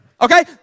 Okay